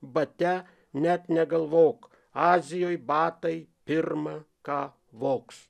bate net negalvok azijoj batai pirma ką vogs